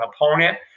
opponent